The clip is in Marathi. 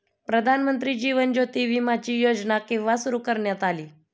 प्रधानमंत्री जीवन ज्योती विमाची योजना केव्हा सुरू करण्यात आली?